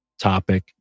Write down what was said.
topic